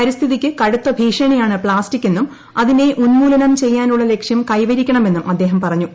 പരിസ്ഥിതിയ്ക്ക് കടുത്ത ഭീഷണിയാണ് പ്ലാസ്റ്റിക്കെന്നും അതിനെ ഉന്മൂലം ചെയ്യാനുള്ള ലക്ഷ്യം കൈവരിക്കണമെന്നും അദ്ദേഹം പറഞ്ഞു